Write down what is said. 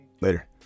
Later